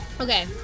Okay